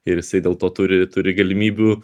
ir jisai dėl to turi turi galimybių